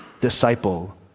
disciple